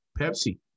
Pepsi